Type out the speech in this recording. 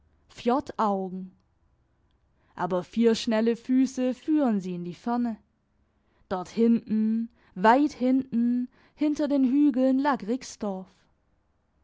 fjordaugen aber vier schnelle füsse führen sie in die ferne dort hinten weit hinten hinter den hügeln lag rixdorf